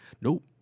Nope